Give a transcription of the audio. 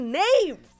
names